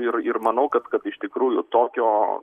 ir ir manau kad iš tikrųjų tokio